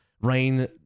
Rain